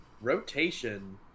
rotation